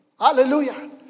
Hallelujah